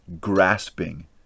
grasping